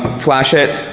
flash it,